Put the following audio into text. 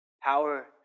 Power